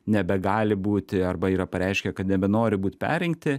nebegali būti arba yra pareiškę kad nebenori būt perrinkti